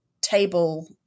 table